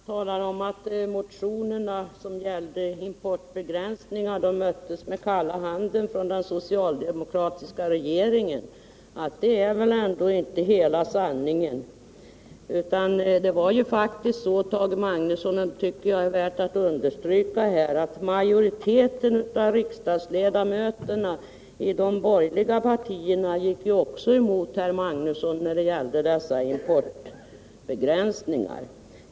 Herr talman! Tage Magnusson talade om att motionerna om importbegränsning möttes av kalla handen av den socialdemokratiska regeringen. Det är väl ändå inte hela sanningen! Det var faktiskt så, Tage Magnusson — det tycker jag är värt att understryka — att majoriteten av riksdagsledamöterna också i de borgerliga partierna gick emot herr Magnusson när det gällde dessa importbegränsningar.